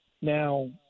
Now